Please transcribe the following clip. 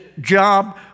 job